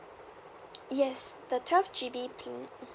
yes the twelve G_B pl~ mm